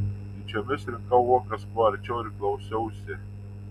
tyčiomis rinkau uogas kuo arčiau ir klausiausi